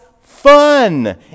fun